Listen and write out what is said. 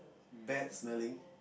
bad smelling